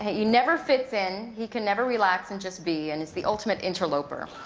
he never fits in, he can never relax and just be, and is the ultimate interloper.